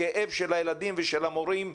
הכאב של הילדים ושל המורים,